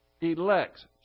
elects